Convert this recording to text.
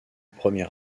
premier